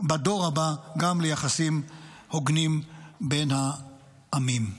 בדור הבא, גם ליחסים הוגנים בין העמים.